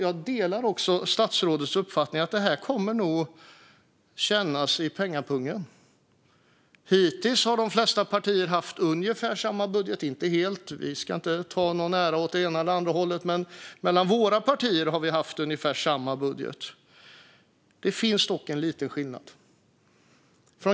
Jag delar statsrådets uppfattning att detta kommer att kännas i pengapungen. Hittills har de flesta partier haft ungefär samma budget - inte helt, vi ska inte ta någon ära åt ena eller andra hållet - men våra partier har haft ungefär samma budget. Det finns dock en liten skillnad.